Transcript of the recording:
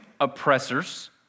oppressors